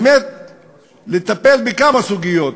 באמת לטפל בכמה סוגיות,